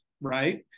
right